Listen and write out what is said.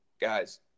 guys